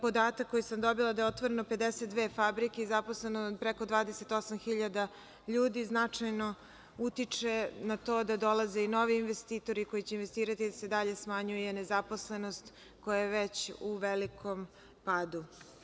Podatak koji sam dobila da je otvoreno 52 fabrike i zaposleno preko 28.000 ljudi značajno utiče na to dolaze novi investitori koji će investirati da se dalje smanjuje nezaposlenost koja je već u velikom padu.